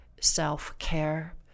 self-care